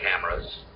cameras